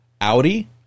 Audi